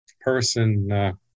person